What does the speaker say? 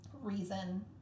reason